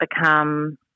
become